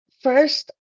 first